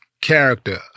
character